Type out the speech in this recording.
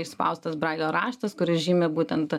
išspaustas brailio raštas kuris žymi būtent